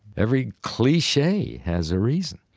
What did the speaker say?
every cliche has a reason